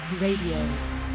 Radio